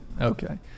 okay